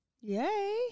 Yay